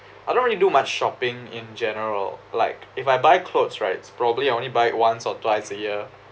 I don't really do much shopping in general like if I buy clothes right it's probably I only but it once or twice a year